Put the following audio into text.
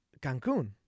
Cancun